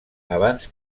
abans